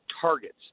targets